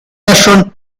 nation